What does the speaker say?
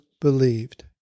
believed